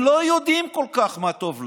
הם לא יודעים כל כך מה טוב להם,